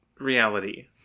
reality